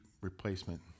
replacement